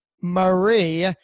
Marie